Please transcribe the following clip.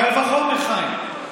קל וחומר, חיים.